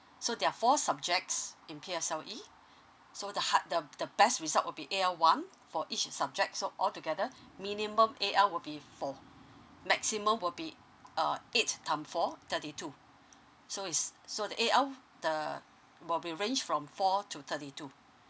so there are four subjects in P_S_L_E so the hard the the best result will be A_L one for each subject so altogether minimum A_L will be four maximum will be uh eight time four thirty two so is so the A_L the will be ranged from four to thirty two